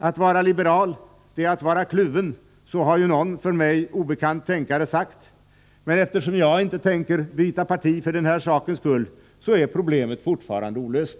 Att vara liberal är att vara kluven, så har ju någon för mig obekant tänkare sagt, men eftersom jag inte tänker byta parti för den här sakens skull är problemet fortfarande olöst.